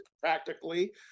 practically